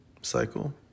cycle